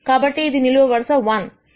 కాబట్టి ఇది నిలువు వరుస 1